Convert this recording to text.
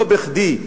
לא בכדי,